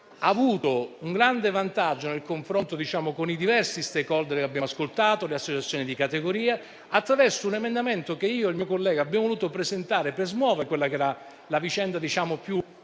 ha avuto un grande vantaggio nel confronto con i diversi *stakeholder* che abbiamo ascoltato e le associazioni di categoria, attraverso un emendamento che io e il mio collega abbiamo voluto presentare per smuovere l'aspetto più